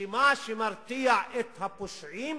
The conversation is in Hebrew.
שמה שמרתיע את הפושעים